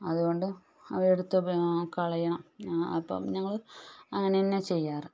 അതുകൊണ്ട് അവയെ എടുത്ത് കളയണം അപ്പം ഞങ്ങൾ അങ്ങനെ തന്നെയാണ് ചെയ്യാറ്